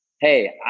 Hey